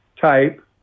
type